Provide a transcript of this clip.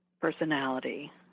personality